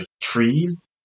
trees